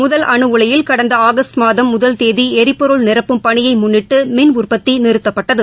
முதல் அணு உலையில் கடந்த ஆகஸ்ட் முதல் தேதி எரிபொருள் நிரப்பும் பணியை முன்னிட்டு மின் உற்பத்தி நிறுத்தப்பட்டது